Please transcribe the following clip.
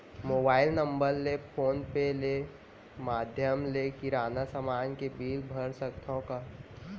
Mobile number ले phone पे ले माधयम ले किराना समान के बिल भर सकथव का?